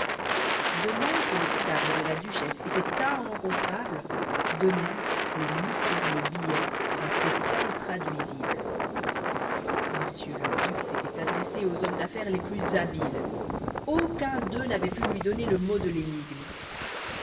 de même que le cadavre de la duchesse était